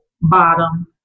bottom